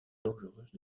dangereuses